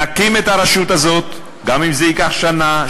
נקים את הרשות הזאת, גם אם זה ייקח שנה-שנתיים.